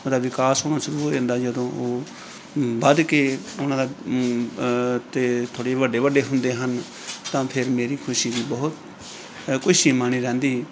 ਉਹਦਾ ਵਿਕਾਸ ਹੋਣਾ ਸ਼ੁਰੂ ਹੋ ਜਾਂਦਾ ਜਦੋਂ ਉਹ ਵੱਧ ਕੇ ਉਹਨਾਂ ਦਾ ਤੇ ਥੋੜ੍ਹੇ ਜਿਹੇ ਵੱਡੇ ਵੱਡੇ ਹੁੰਦੇ ਹਨ ਤਾਂ ਫਿਰ ਮੇਰੀ ਖੁਸ਼ੀ ਦੀ ਬਹੁਤ ਕੋਈ ਸੀਮਾ ਨਹੀਂ ਰਹਿੰਦੀ